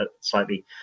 slightly